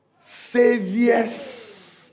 saviors